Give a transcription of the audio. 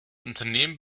unternehmen